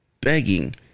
begging